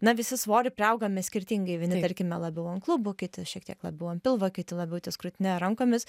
na visi svorį priaugame skirtingai vieni tarkime labiau ant klubų kiti šiek tiek labiau ant pilvo kiti labiau ties krūtine rankomis